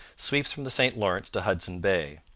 sweeps from the st lawrence to hudson bay.